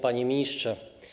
Panie Ministrze!